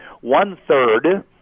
One-third